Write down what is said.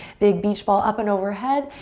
big beach ball up and overhead.